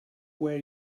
where